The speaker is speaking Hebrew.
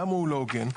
למה הוא לא הוגן?